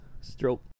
stroke